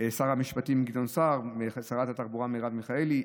לשר המשפטים גדעון סער ולשרת התחבורה מרב מיכאלי,